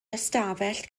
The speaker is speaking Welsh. ystafell